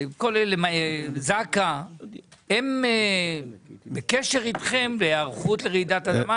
זק"א בקשר איתכם בהיערכות לרעידת אדמה?